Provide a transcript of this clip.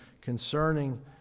concerning